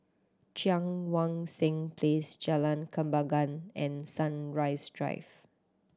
Cheang Wan Seng Place Jalan Kembangan and Sunrise Drive